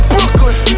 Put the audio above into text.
Brooklyn